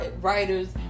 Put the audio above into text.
writers